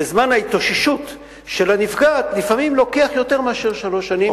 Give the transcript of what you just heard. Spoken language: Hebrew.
וזמן ההתאוששות של הנפגעת לפעמים לוקח יותר מאשר שלוש שנים.